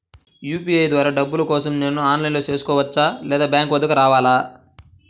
UPI ద్వారా డబ్బులు కోసం నేను ఆన్లైన్లో చేసుకోవచ్చా? లేదా బ్యాంక్ వద్దకు రావాలా?